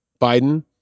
Biden